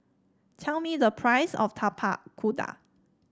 tell me the price of Tapak Kuda